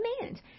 demand